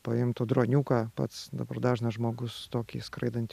paimtų droniuką pats dabar dažnas žmogus tokį skraidantį